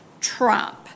Trump